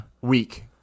week